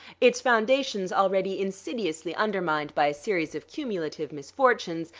its foundations already insidiously undermined by a series of cumulative misfortunes,